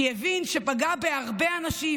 כי הבין שפגע בהרבה אנשים,